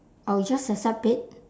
I'll just accept it